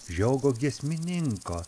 žiogo giesmininko